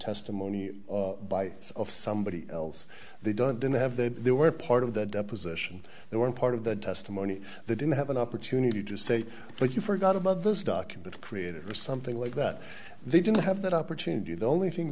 testimony by of somebody else they don't didn't have that they were part of the deposition they weren't part of the testimony they didn't have an opportunity to say look you forgot about this document created or something like that they didn't have that opportunity the only thing